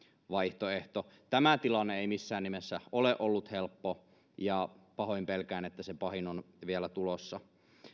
vaihtoehto tämä tilanne ei missään nimessä ole ollut helppo ja pahoin pelkään että se pahin on vielä tulossa